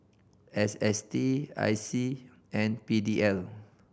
S S T I C and P D L